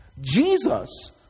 Jesus